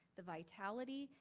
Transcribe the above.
the vitality,